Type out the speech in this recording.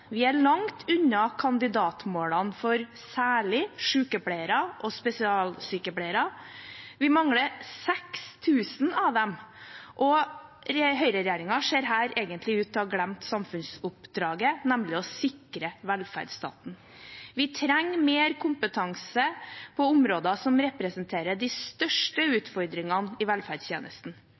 Vi er langt unna kandidatmålene, særlig for sykepleiere og spesialsykepleiere. Vi mangler 6 000 av dem, og høyreregjeringen ser her egentlig ut til å ha glemt samfunnsoppdraget, nemlig å sikre velferdsstaten. Vi trenger mer kompetanse på områder som representerer de største utfordringene i velferdstjenesten.